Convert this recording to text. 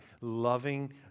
loving